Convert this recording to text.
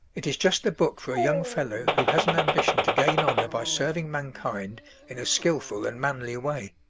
it is just the book for a young fellow who has an ambition to gain honor by serving mankind in a skillful and manly way.